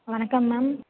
வணக்கம் மேம்